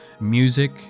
music